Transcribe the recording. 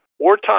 Wartime